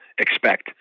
expect